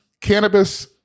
cannabis